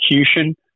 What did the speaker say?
execution